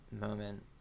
moment